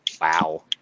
Wow